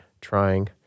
trying